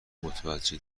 متوجه